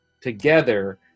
together